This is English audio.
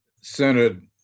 centered